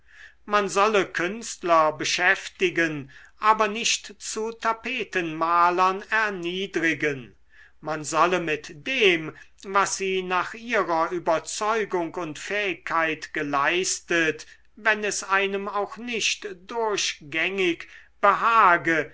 man solle künstler beschäftigen aber nicht zu tapetenmalern erniedrigen man solle mit dem was sie nach ihrer überzeugung und fähigkeit geleistet wenn es einem auch nicht durchgängig behage